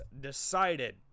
decided